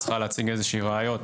היא צריכה להציג איזה שהן ראיות